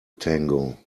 tango